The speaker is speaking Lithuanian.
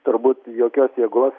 turbūt jokios jėgos